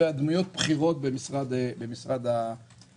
והדמויות בכירות במשרד האוצר.